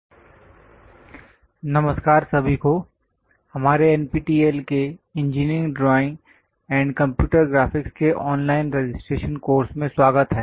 lecture 01 introduction to engineering drawing नमस्कार सभी को हमारे एनपीटीईएल के engineering drawing and computer graphics के ऑनलाइन रजिस्ट्रेशन कोर्स में स्वागत है